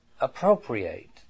appropriate